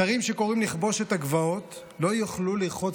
שרים שקוראים לכבוש את הגבעות לא יוכלו לרחוץ